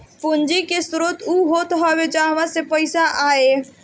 पूंजी के स्रोत उ होत हवे जहवा से पईसा आए